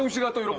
you got them